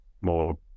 more